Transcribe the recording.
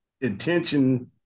intention